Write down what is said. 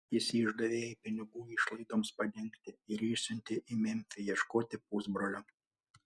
jis išdavė jai pinigų išlaidoms padengti ir išsiuntė į memfį ieškoti pusbrolio